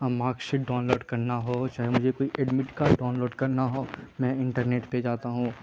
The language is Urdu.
مارکشیٹ ڈاؤن لوڈ کرنا ہو چاہے مجھے کوئی ایڈمٹ کارڈ ڈاؤن لوڈ کرنا ہو میں انٹرنیٹ پہ جاتا ہوں